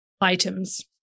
items